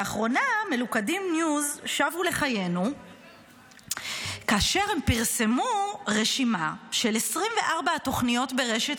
לאחרונה מלוכדים ניוז שבו לחיינו כאשר הם פרסמו רשימה של 24 תוכניות ברשת